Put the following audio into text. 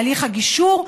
הליך הגישור,